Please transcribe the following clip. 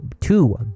Two